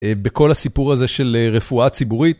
בכל הסיפור הזה של רפואה ציבורית.